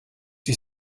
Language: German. die